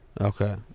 okay